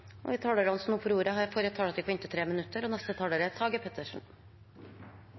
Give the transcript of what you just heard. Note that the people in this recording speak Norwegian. omme. De talerne som heretter får ordet, har også en taletid på inntil 3 minutter. Det er